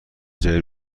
جدید